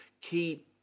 key